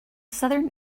southern